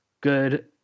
good